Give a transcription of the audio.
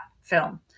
film